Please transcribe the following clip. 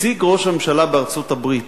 שהציג ראש הממשלה בארצות-הברית